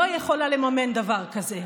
היא לא יכולה לממן דבר כזה.